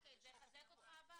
להציל את כל העולם,